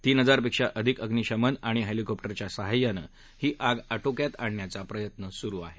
तीन हजार पेक्षा अधिक अग्निशामक आणि हेलिकॉप्टरच्या सहाय्यानं ही आग आटोक्यात आणण्याचा प्रयत्न करत आहेत